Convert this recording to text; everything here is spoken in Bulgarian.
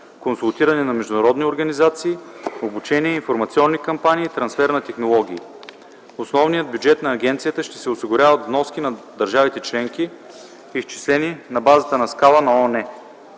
консултиране на международни организации, обучение, информационни кампании, трансфер на технологии. Основният бюджет на агенцията ще се осигурява от вноски на държавите членки, изчислени на базата на скала на ООН,